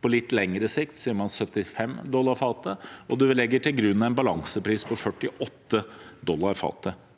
på litt lengre sikt 75 dollar fatet, og man legger til grunn en balansepris på 48 dollar fatet.